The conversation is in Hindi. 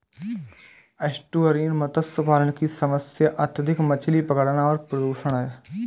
एस्टुअरीन मत्स्य पालन की समस्या अत्यधिक मछली पकड़ना और प्रदूषण है